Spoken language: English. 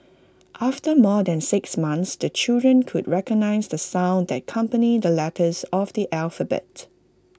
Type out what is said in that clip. after more than six months the children could recognise the sounds that accompany the letters of the alphabet